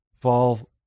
fall